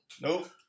Nope